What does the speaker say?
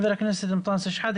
חבר הכנסת אנטנס שחאדה,